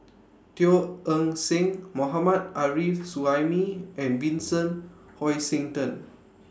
Teo Eng Seng Mohammad Arif Suhaimi and Vincent Hoisington